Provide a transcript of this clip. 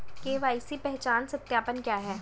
KYC पहचान सत्यापन क्या है?